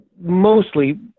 mostly